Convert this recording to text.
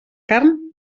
carn